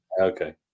okay